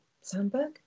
Sandberg